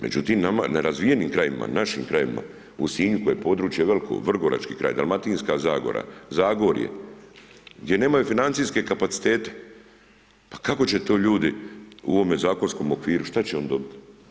Međutim, nerazvijenim krajevima, našim krajevima, u Sinju koje je područje veliko, Vrgorački kraj, Dalmatinska zagora, Zagorje, gdje nemaju financijske kapacitete, pa kako će to ljudi u ovome zakonskom okviru, šta će oni dobit?